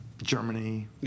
Germany